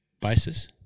basis